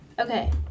okay